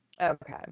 Okay